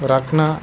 రక్షణ